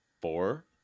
four